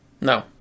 No